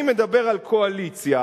אני מדבר על קואליציה